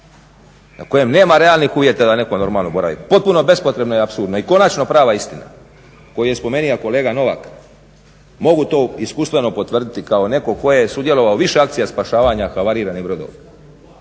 na kojem nema realnih uvjeta da netko normalno boravi. Potpuno bespotrebno i apsurdno. I konačno prava istina koju je spomenuo kolega Novak mogu to iskustveno potvrditi kao netko tko je sudjelovao u više akcija spašavanja havariranih brodova